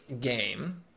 game